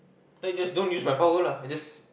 then you just don't use my power lah I just